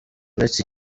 uretse